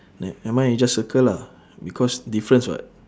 ne~ nevermind you just circle lah because difference [what]